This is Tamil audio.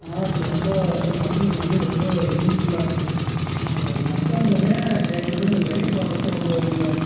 ஆனால் இது ரொம்ப வந்து மக்களுக்கு வந்து ரொம்ப யூஸ்ஃபுல்லாக இருக்குது நம்ம எஃப்எஎம்வோட கேட்கறதோட இந்த லைவ் பார்க்குறது ரொம்ப இதுவாக இருக்குது